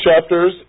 chapters